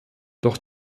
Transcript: doch